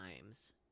times